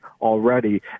already